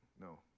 No